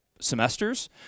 semesters